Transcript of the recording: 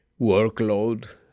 workload